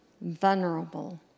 vulnerable